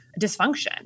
dysfunction